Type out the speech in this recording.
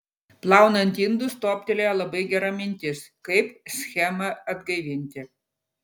plaunant indus toptelėjo labai gera mintis kaip schemą atgaivinti